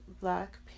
Black